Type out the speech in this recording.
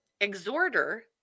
exhorter